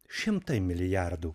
šimtai milijardų